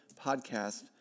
podcast